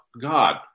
God